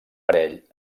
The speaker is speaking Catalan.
parell